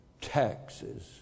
Taxes